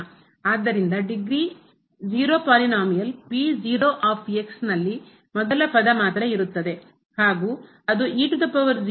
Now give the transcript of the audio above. ಆದ್ದರಿಂದ degree 0 polynomial ಬಹುಪದವು ನಲ್ಲಿ ಮೊದಲ ಪದ ಮಾತ್ರ ಇರುತ್ತದೆ ಹಾಗು ಅದು 1 ಆಗಿರುತ್ತದೆ